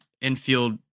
infield